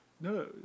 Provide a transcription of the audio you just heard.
No